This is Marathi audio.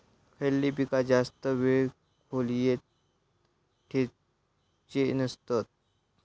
खयली पीका जास्त वेळ खोल्येत ठेवूचे नसतत?